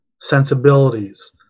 Sensibilities